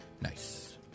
Nice